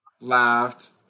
laughed